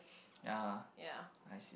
ya